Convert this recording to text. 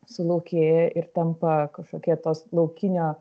sulaukėja ir tampa kažkokie tos laukinio